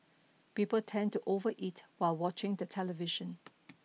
people tend to overeat while watching the television